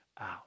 out